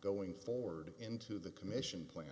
going forward into the commission plan